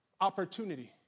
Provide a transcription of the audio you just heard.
opportunity